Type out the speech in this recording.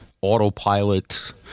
Autopilot